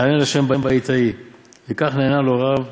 'ואתחנן אל ה' בעת ההיא'.